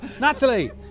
Natalie